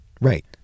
Right